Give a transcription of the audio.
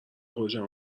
خودشم